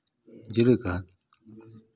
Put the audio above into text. ᱡᱮᱞᱮᱠᱟ